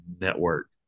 Network